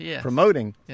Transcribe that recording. promoting